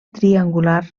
triangular